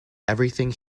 everything